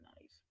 nice